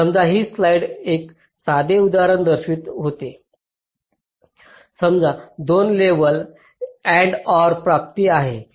समजा ही स्लाइड एक साधे उदाहरण दर्शवित होती समजा 2 लेव्हल AND OR प्राप्ति आहे